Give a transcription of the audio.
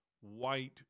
white